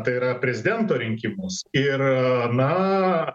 tai yra prezidento rinkimus ir na